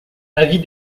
avis